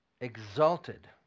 exalted